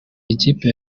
ikipe